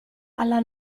alla